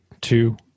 two